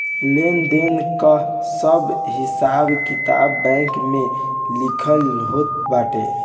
लेन देन कअ सब हिसाब किताब बैंक में लिखल होत बाटे